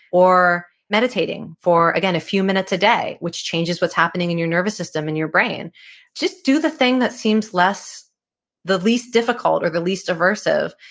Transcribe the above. or meditating for, again, a few minutes a day which changes what's happening in your nervous system and your brain just do the thing that seems the least difficult or the least aversive.